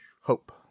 hope